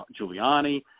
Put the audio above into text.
Giuliani